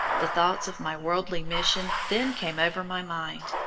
the thoughts of my worldly mission then came over my mind,